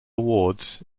awards